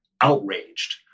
outraged